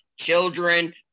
children